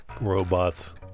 robots